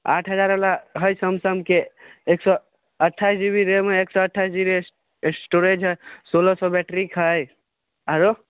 आठ हजार बाला हइ सैमसंगके एक सए अठाइस जीबी रैम हइ एक सए अठाइस जीबी स्टोरेज हइ सोलह सए बैट्रिक हइ आरो